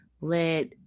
let